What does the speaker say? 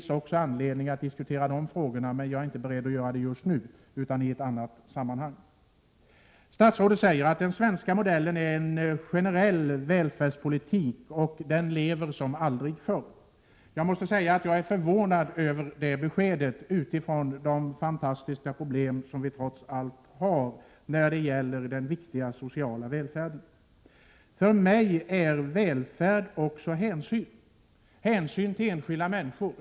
Det finns anledning att diskutera även dessa frågor, men jag är inte beredd att göra det just nu utan vill ta upp dem i ett annat sammanhang. Statsrådet säger att den svenska modellen är en generell välfärdspolitik och att den lever som aldrig förr. Jag är förvånad över det beskedet, utifrån de stora problem som vi trots allt har när det gäller den viktiga sociala välfärden. För mig innebär välfärd också hänsyn, hänsyn till enskilda människor.